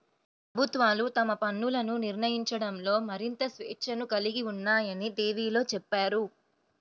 ప్రభుత్వాలు తమ పన్నులను నిర్ణయించడంలో మరింత స్వేచ్ఛను కలిగి ఉన్నాయని టీవీలో చెప్పారు